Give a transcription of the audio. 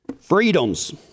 Freedoms